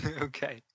Okay